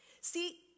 See